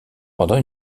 pendant